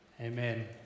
amen